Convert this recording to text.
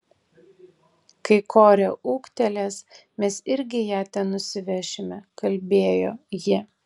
kai korė ūgtelės mes irgi ją ten nusivešime kalbėjo ji